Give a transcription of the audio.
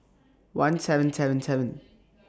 one seven seven seven